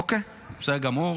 אוקיי, בסדר גמור.